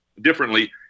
differently